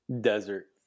Desert